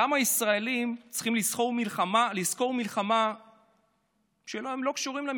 למה ישראלים צריכים לזכור מלחמה שהם לא קשורים אליה,